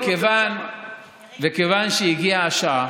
וכיוון שהגיעה השעה